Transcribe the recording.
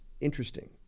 interesting